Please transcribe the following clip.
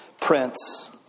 Prince